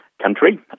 country